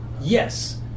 yes